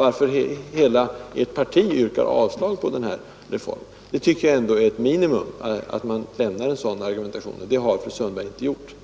motivering för att hela ert parti yrkar avslag på propositionen. Det minsta man kan begära är väl att det då presenteras en motivering, men det har fru Sundberg inte gjort.